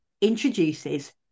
introduces